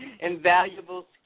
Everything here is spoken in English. invaluable